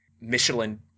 Michelin